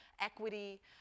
equity